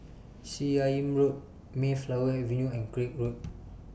Seah Im Road Mayflower Avenue and Craig Road